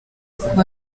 kuba